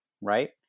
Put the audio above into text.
right